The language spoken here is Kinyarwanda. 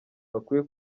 bakwiye